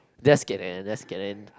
let's get in let's get in